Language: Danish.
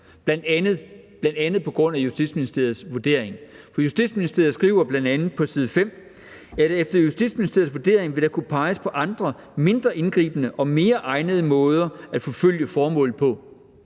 bl.a. på grund af Justitsministeriets vurdering. Justitsministeriet skriver bl.a. på side 5: »Efter Justitsministeriets vurdering vil der kunne peges på andre, mindre indgribende og mere egnede måder at forfølge formålet på